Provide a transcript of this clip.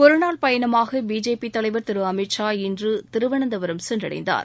ஒரு நாள் பயணமாக பிஜேபி தலைவர் திரு அமித் ஷா இன்று திருவனந்தபுரம் சென்றடைந்தார்